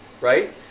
right